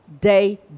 day